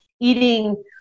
Eating